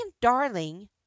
darling